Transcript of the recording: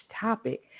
topic